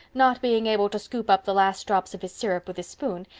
not being able to scoop up the last drops of his syrup with his spoon,